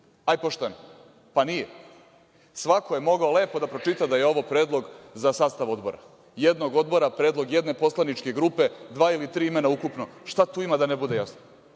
pošteno. Pa, nije. Svako je mogao lepo da pročita da je ovo predlog za sastav odbora. Jednog odbora, predlog jedne poslaničke grupe, dva ili tri imena ukupno, šta tu ima da ne bude jasno.